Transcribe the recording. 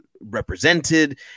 represented